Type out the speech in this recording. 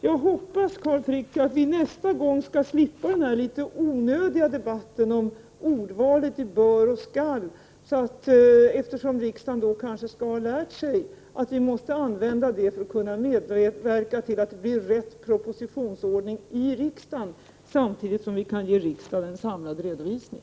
Jag hoppas, Carl Frick, att vi nästa gång skall slippa den här litet onödiga debatten om valet mellan orden ”bör” och ”skall”, så att vi — eftersom riksdagen då kanske skall ha lärt sig att vi måste använda dem för att kunna medverka till att det blir rätt propositionsordning i riksdagen — samtidigt kan ge riksdagen en samlad redovisning.